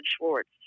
Schwartz